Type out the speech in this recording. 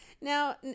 now